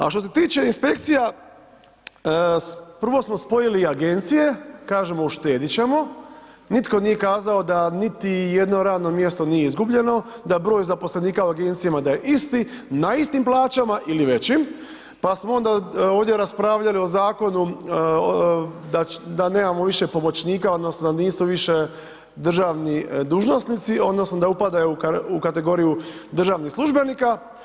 A što se tiče inspekcije, prvo smo spojili agencije, kažemo, uštediti ćemo, nitko nije kazao, da niti jedno radno mjesto nije izgubljeno, da broj zaposlenika u agencijama je isti, na istim plaćama ili većim, pa smo onda, ovdje raspravljali o Zakonu da nemamo više pomoćnika, odnosno, da nisu više državni dužnosnici, odnosno da upadaju u kategoriju državnih službenika.